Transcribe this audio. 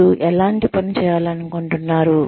మీరు ఎలాంటి పని చేయాలనుకుంటున్నారు